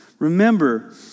Remember